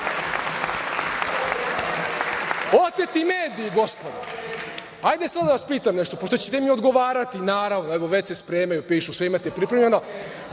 Ustav? Oteti mediji, gospodo. Hajde sada da vas pitam nešto, pošto ćete mi odgovarati, naravno. Evo, već se spremaju, pišu, sve imate pripremljeno.